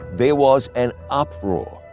there was an uproar.